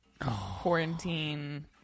quarantine